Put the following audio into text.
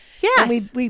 yes